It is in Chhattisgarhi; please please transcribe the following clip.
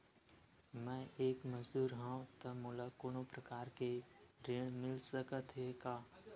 मैं एक मजदूर हंव त मोला कोनो प्रकार के ऋण मिल सकत हे का?